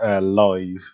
live